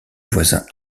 voisins